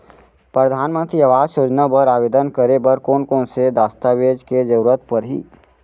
परधानमंतरी आवास योजना बर आवेदन करे बर कोन कोन से दस्तावेज के जरूरत परही?